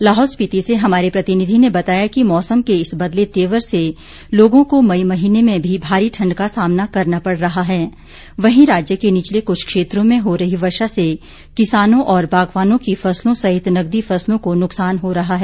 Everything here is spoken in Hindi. लाहौल स्पिति से हमारे प्रतिनिधी ने बताया कि मौसम के इस बदले तेवर से लोगों को मई महीने में भी भारी ठंड का सामना करना पड़ रहा हैं वहीं राज्य के निचले कुछ क्षेत्रों में हो रही वर्षा से किसानों और बागवानों की फसलों सहित नकदी फसलों को नुकसान हो रहा है